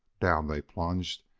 down they plunged,